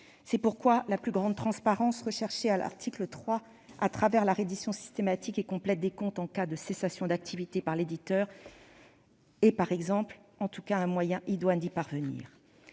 C'est pourquoi la plus grande transparence recherchée par l'article 3, au travers de la reddition systématique et complète des comptes en cas de cessation d'activité par l'éditeur par exemple, est un moyen idoine d'y parvenir.